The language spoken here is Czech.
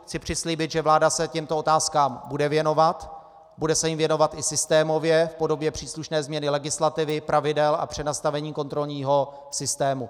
Chci přislíbit, že vláda se těmto otázkám bude věnovat, bude se jim věnovat i systémově v podobě příslušné změny legislativy, pravidel a přenastavení kontrolního systému.